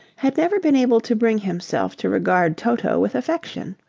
had never been able to bring himself to regard toto with affection.